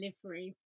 delivery